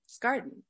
garden